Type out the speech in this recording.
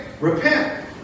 repent